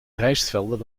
rijstvelden